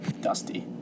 Dusty